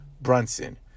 Brunson